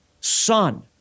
son